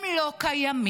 הם לא קיימים.